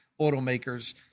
automakers